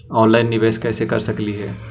Online निबेस कैसे कर सकली हे?